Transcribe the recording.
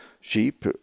sheep